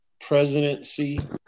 presidency